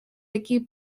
такие